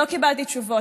לא קיבלתי תשובות.